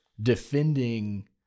defending